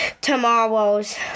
tomorrow's